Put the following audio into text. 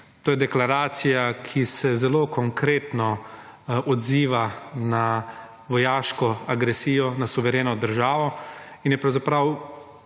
To je deklaracija, ki se zelo Konkretno odziva na vojaško agresijo, na suvereno državo in je pravzaprav